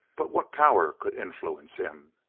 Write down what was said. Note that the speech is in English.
but what power could influence him?